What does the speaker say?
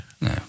no